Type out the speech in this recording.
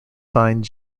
signed